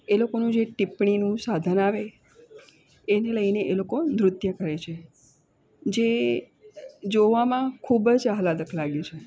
એ લોકોનું જે ટીપ્પણીનું જે સાધન આવે એને લઈને એ લોકો નૃત્ય કરે છે જે જોવામાં ખૂબ જ હાલાદક લાગે છે